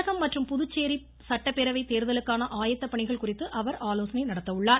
தமிழகம் மற்றும் புதுச்சேரி சட்டப்பேரவை தேர்தலுக்கான ஆயத்த பணிகள் குறித்து அவர் ஆலோசனை நடத்த உள்ளார்